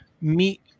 meet